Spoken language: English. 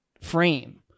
frame